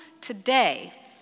today